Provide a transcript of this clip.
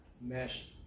mesh